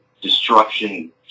destruction